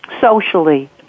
socially